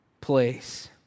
place